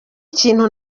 ikintu